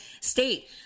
state